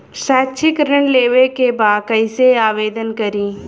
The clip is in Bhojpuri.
शैक्षिक ऋण लेवे के बा कईसे आवेदन करी?